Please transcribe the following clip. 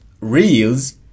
reels